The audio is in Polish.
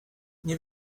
nie